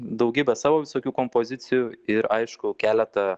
daugybę savo visokių kompozicijų ir aišku keletą